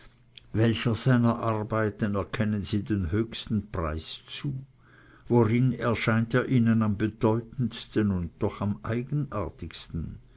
welcher seiner arbeiten erkennen sie den höchsten preis zu worin erscheint er ihnen am bedeutendsten oder doch am eigenartigsten